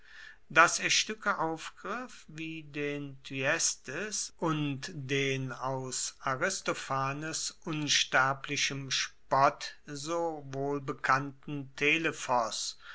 dass er stuecke aufgriff wie den thyestes und den aus aristophanes unsterblichem spott so wohlbekannten